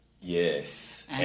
Yes